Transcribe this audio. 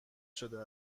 شده